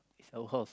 is our house